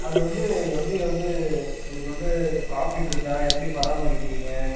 அது வந்து எப்படி வந்து உங்களுக்கு வந்து ப்ராஃபிட் இருக்கா எப்படி பராமரிக்கிறீங்க